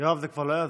שלמה, זה הכול.